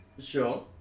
sure